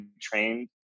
trained